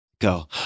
go